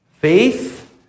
Faith